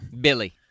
Billy